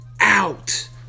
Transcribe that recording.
out